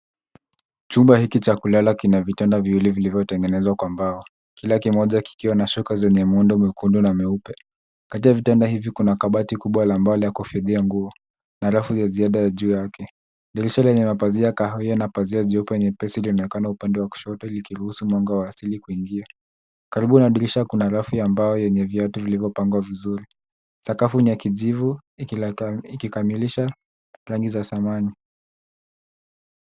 Chumba hiki cha kulala kina vitanda viwili vilivyotengenezwa kwa mbao. Kila kimoja kikiwa na shuka zenye muundo mekundu na meupe. Katika vitanda hivi kuna kabati kubwa la mbao la kufidia nguo, na rafu ya ziada juu yake. Dirisha lenye mapazia kahawia na pazia jeupe nyepesi linaonekana upande wa kushoto likiruhusu mwanga wa asili kuingia. Karibu na dirisha kuna rafu ambayo yenye viatu vilivyopangwa vizuri. Sakafu ni ya kijivu, ikikamilisha plani za samani.